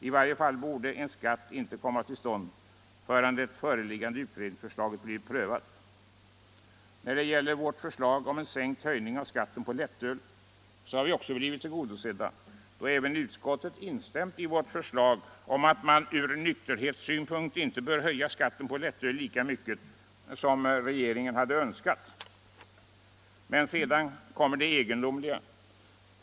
I varje fall borde en skatt inte införas förrän det föreliggande utredningsförslaget har blivit prövat. Vårt förslag om en mindre höjning av skatten på lättöl har också vunnit utskottets gillande, och utskottet har alltså instämt i de synpunkter som vi har framfört om att man från nykterhetssynpunkt inte bör höja skatten på lättöl lika mycket som regeringen hade önskat. Men sedan kommer det egendomliga.